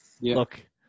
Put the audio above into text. Look